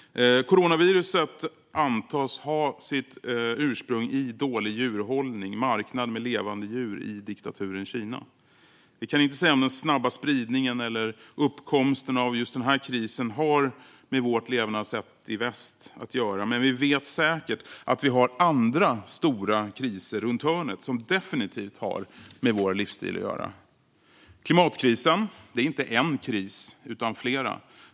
Coronaviruset antas ha sitt ursprung i dålig djurhållning - marknad med levande djur - i diktaturen Kina. Vi kan inte säga om den snabba spridningen eller uppkomsten av just den här krisen har med vårt levnadssätt i väst att göra. Men vi vet säkert att vi har andra stora kriser runt hörnet som definitivt har med vår livsstil att göra. Vi har klimatkrisen. Det är inte en kris utan flera.